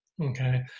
Okay